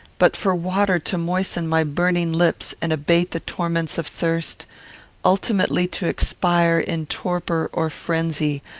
but for water to moisten my burning lips and abate the torments of thirst ultimately to expire in torpor or frenzy,